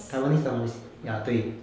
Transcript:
taiwanese taiwanese ya 对